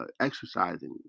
exercising